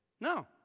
No